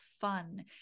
fun